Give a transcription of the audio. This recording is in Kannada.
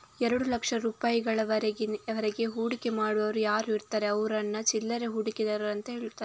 ಎರಡು ಲಕ್ಷ ರೂಪಾಯಿಗಳವರೆಗೆ ಹೂಡಿಕೆ ಮಾಡುವವರು ಯಾರು ಇರ್ತಾರೆ ಅವ್ರನ್ನ ಚಿಲ್ಲರೆ ಹೂಡಿಕೆದಾರರು ಅಂತ ಹೇಳ್ತಾರೆ